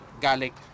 garlic